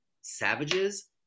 savages